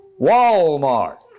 Walmart